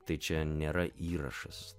tai čia nėra įrašas